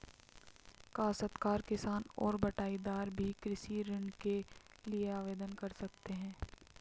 काश्तकार किसान और बटाईदार भी कृषि ऋण के लिए आवेदन कर सकते हैं